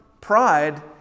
pride